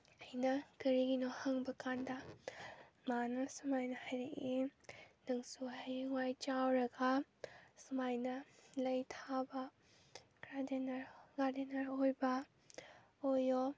ꯑꯩꯅ ꯀꯔꯤꯒꯤꯅꯣ ꯍꯪꯕ ꯀꯥꯟꯗ ꯃꯥꯅ ꯁꯨꯃꯥꯏꯅ ꯍꯥꯏꯔꯛꯏ ꯅꯪꯁꯨ ꯍꯥꯌꯦꯡꯋꯥꯏ ꯆꯥꯎꯔꯒ ꯁꯨꯃꯥꯏꯅ ꯂꯩ ꯊꯥꯕ ꯒꯥꯔꯗꯦꯅꯔ ꯑꯣꯏꯕ ꯑꯣꯏꯌꯣ